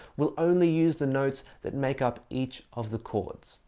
we'll only use the notes that make up each of the chords.